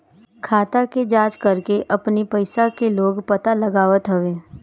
खाता के जाँच करके अपनी पईसा के लोग पता लगावत हवे